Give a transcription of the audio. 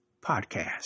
Podcast